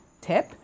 tip